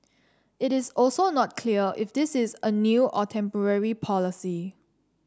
it is also not clear if this is a new or temporary policy